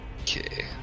okay